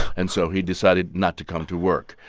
and so he decided not to come to work.